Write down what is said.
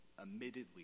admittedly